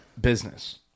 business